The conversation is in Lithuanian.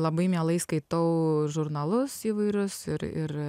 labai mielai skaitau žurnalus įvairius ir ir